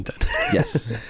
yes